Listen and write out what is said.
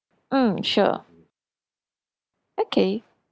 mm sure okay